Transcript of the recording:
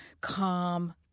calm